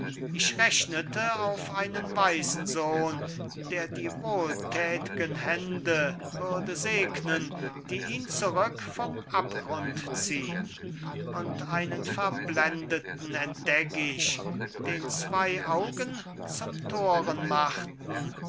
ich rechnete auf einen weisen sohn der die wohltätgen hände würde segnen die ihn zurück vom abgrund ziehn und einen verblendeten entdeck ich den zwei augen zum toren machten